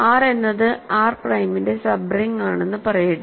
R എന്നത് R പ്രൈമിന്റെ sub ring ആണെന്ന് പറയട്ടെ